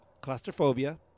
claustrophobia